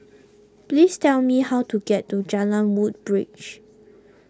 please tell me how to get to Jalan Woodbridge